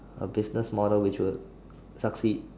a business model which would succeed